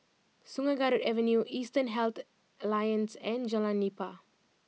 Sungei Kadut Avenue Eastern Health Alliance and Jalan Nipah